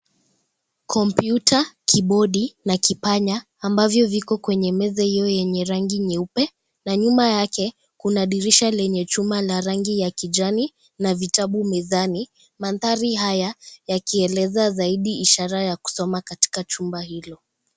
Komputa ,kibodi na kipanya, ambavyo viko kwenye meza hiyo ya rangi nyeupe, na nyuma yake kuna dirisha lenye chuma la rangi ya kijani na vitabu mezani. Manthari haya yakieleza zaidi ishara ya kusoma katika chumba hilo.